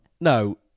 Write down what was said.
No